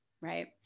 Right